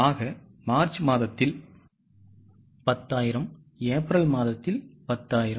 ஆக மார்ச் மாதத்தில் 10000 ஏப்ரல் மாதத்தில் 10000